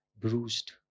bruised